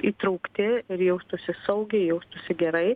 įtraukti ir jaustųsi saugiai jaustųsi gerai